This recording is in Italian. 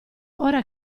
ora